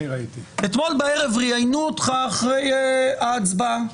אחרי ההצבעה.